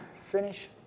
finish